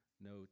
No